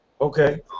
Okay